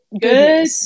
Good